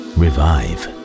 revive